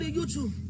YouTube